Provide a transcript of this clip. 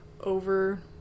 over